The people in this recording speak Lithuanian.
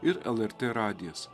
ir lrt radijas